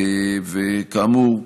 כאמור,